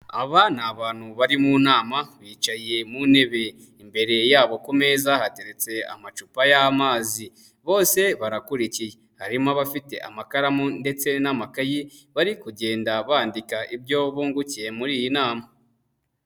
Aba ni abantu bari mu nama, bicaye mu ntebe. Imbere yabo ku meza hateretse amacupa y'amazi. Bose barakurikiye. Harimo abafite amakaramu ndetse n'amakayi bari kugenda bandika ibyo bungukiye muri iyi nama.